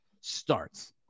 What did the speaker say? starts